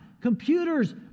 Computers